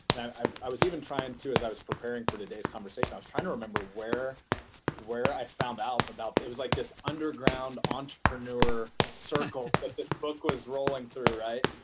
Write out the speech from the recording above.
um i was even trying to as i was preparing for today's conversation, i was trying to remember where where i found out about. it was like this underground entrepreneur circle that this book was rolling through, right?